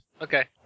okay